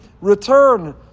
return